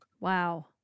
Wow